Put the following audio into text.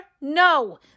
No